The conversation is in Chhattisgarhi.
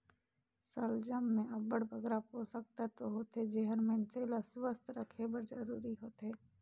सलजम में अब्बड़ बगरा पोसक तत्व होथे जेहर मइनसे ल सुवस्थ रखे बर जरूरी होथे